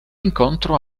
incontro